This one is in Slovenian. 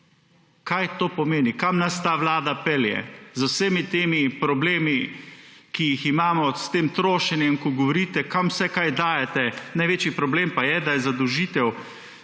Kaj to pomeni? Kam nas ta Vlada pelje z vsemi temi problemi, ki jih imamo s tem trošenjem, ko govorite kam vse kaj dajete? Največji problem pa je, da je samo zadolžitev